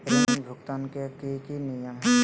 ऋण भुगतान के की की नियम है?